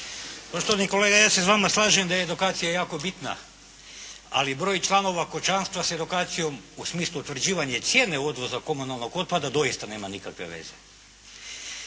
Poštovani kolega, ja se s vama slažem da je edukacija jako bitna, ali broj članova kućanstva s edukacijom u smislu utvrđivanja cijene odvoza komunalnog otpada doista nema nikakve veze.